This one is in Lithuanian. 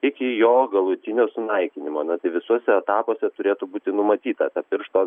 iki jo galutinio sunaikinimo na tai visuose etapuose turėtų būti numatyta ta piršto